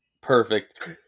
perfect